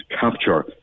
capture